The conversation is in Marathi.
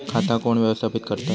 खाता कोण व्यवस्थापित करता?